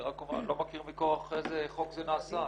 אני רק לא מכיר מכוח איזה חוק זה נעשה.